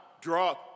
draw